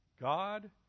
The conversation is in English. God